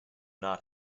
not